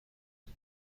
این